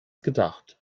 gedacht